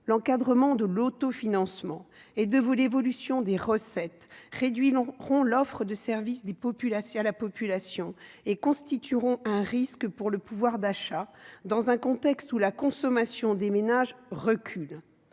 L'encadrement de l'autofinancement et de l'évolution des recettes réduira l'offre de services à la population et constituera un risque pour le pouvoir d'achat, dans un contexte où la consommation des ménages recule.